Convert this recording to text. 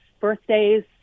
birthdays